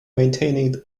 maintaining